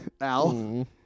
Al